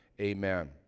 amen